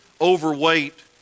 overweight